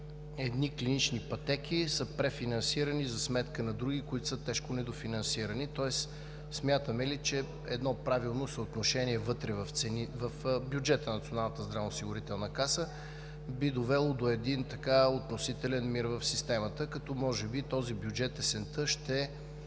едни клинични пътеки са префинансирани за сметка на други, които са тежко недофинансирани, тоест смятаме ли, че едно правилно съотношение вътре в бюджета на Националната здравноосигурителна каса би довело до един относителен мир в системата, като може би есента този